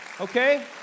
Okay